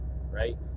right